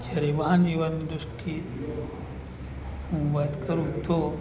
જ્યારે વાહનવ્યવહારની દૃષ્ટિએ હું વાત કરું તો